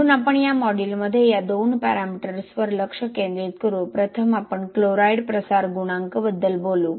म्हणून आपण या मॉड्यूलमध्ये या दोन पॅरामीटर्सवर लक्ष केंद्रित करू प्रथम आपण क्लोराईड प्रसार गुणांक बद्दल बोलू